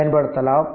பயன்படுத்தலாம்